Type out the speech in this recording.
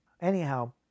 Anyhow